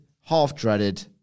half-dreaded